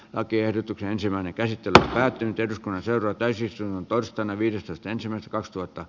lakiehdotuksen ensimmäinen käsittely päättyi jatkoa seuraa täysi syy on torstaina viidestoista ensimmäistä kaksituhatta